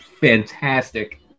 fantastic